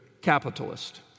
capitalist